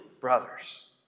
brothers